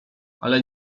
ale